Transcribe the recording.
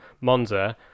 Monza